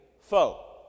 foe